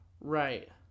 Right